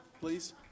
please